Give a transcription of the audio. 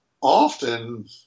often